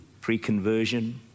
pre-conversion